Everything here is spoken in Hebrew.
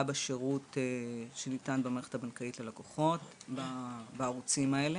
בשירות שניתן במערכת הבנקאית ללקוחות בערוצים האלה.